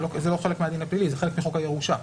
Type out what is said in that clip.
זה לא חלק מהדין הפלילי, זה חלק מחוק הירושה.